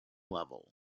level